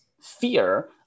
fear